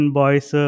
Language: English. boys